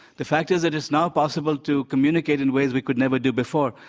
the fact is that it's now possible to communicate in ways we could never do before.